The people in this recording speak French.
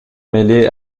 mêlée